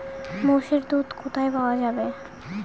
মোষের দুধ কোথায় পাওয়া যাবে?